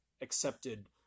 accepted